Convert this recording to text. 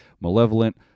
Malevolent